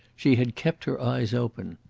she had kept her eyes open.